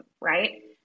right